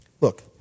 Look